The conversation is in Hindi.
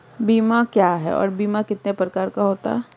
बीमा क्या है और बीमा कितने प्रकार का होता है?